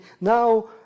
Now